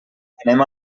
anem